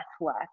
work